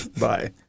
Bye